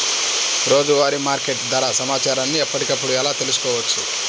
రోజువారీ మార్కెట్ ధర సమాచారాన్ని ఎప్పటికప్పుడు ఎలా తెలుసుకోవచ్చు?